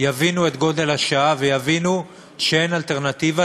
יבינו את גודל השעה ויבינו שאין אלטרנטיבה.